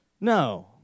No